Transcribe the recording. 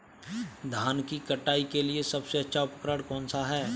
धान की कटाई के लिए सबसे अच्छा उपकरण कौन सा है?